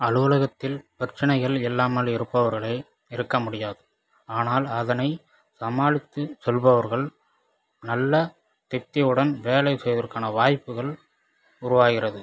அலுவலகத்தில் பிரச்சினைகள் இல்லாமல் இருப்பவர்களே இருக்க முடியாது ஆனால் அதனை சமாளித்து சொல்பவர்கள் நல்ல திருப்தியுடன் வேலை செய்வதற்கான வாய்ப்புகள் உருவாகிறது